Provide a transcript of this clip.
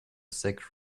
sack